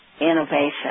innovation